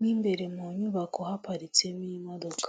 n'imbere mu nyubako haparitsemo imodoka.